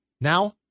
now